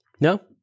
No